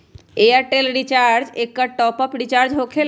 Airtel recharge एकर top off recharge होकेला?